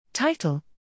Title